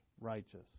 righteous